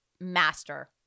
master